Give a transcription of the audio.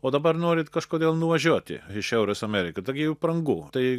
o dabar norit kažkodėl nuvažiuoti į šiaurės ameriką taigi brangu tai